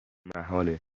محاله